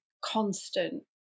constant